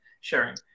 sharing